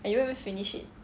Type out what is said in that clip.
and you won't even finish it